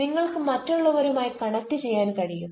നിങ്ങൾക്ക് മറ്റുള്ളവരുമായി കണക്റ്റുചെയ്യാൻ കഴിയും